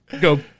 go